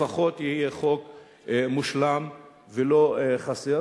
לפחות יהיה חוק מושלם ולא חסר,